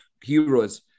heroes